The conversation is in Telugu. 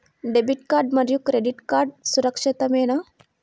డెబిట్ కార్డ్ మరియు క్రెడిట్ కార్డ్ సురక్షితమేనా?